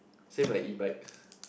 same like E bikes